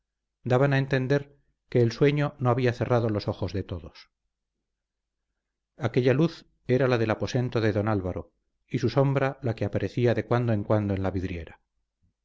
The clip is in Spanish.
daban a entender que el sueño no había cerrado los ojos de todos aquella luz era la del aposento de don álvaro y su sombra la que aparecía de cuando en cuando en la vidriera